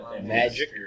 magic